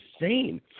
insane